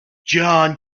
john